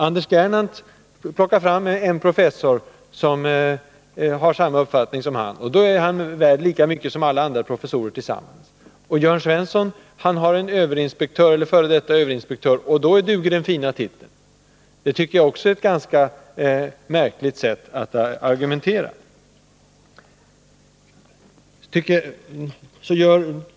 Anders Gernandt plockade fram en professor som har samma uppfattning som han och då är den professorn värd lika mycket som alla andra professorer tillsammans. Och Jörn Svensson kom med en f. d. överinspektör och då duger den fina titeln. Det är ett ganska märkligt sätt att argumentera på.